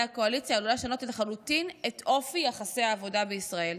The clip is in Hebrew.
הקואליציה עלולה לשנות לחלוטין את אופי יחסי העבודה בישראל,